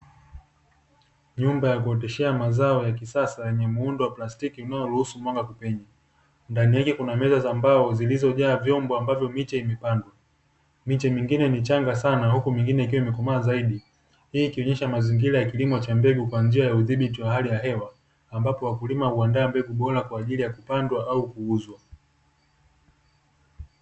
Nyumba ya kuoteshea mazao ya kisasa yenye muundo wa plastiki inayo ruhusu mwanga kupenya. Ndani yake kuna meza za mbao zilizojaa vyombo ambavyo miche imepandwa, miche mingine michanga sana huku mingine ikiwa imekomaa zaidi. Hii ikionyesha mazingira ya kilimo cha mbegu kwa njia ya udhibiti wa hali ya hewa ambapo wakulima huandaa mbegu bora kwa ajili ya kupandwa au kuuzwa.